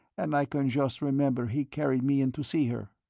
and i can just remember he carried me in to see her.